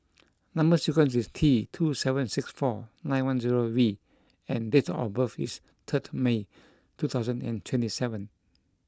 number sequence is T two seven six four nine one zero V and date of birth is third May two thousand and twenty seven